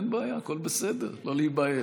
אין בעיה, הכול בסדר, לא להיבהל.